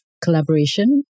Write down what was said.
collaboration